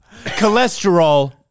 Cholesterol